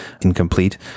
incomplete